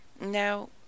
Now